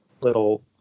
little